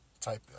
type